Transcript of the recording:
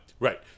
Right